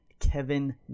kevin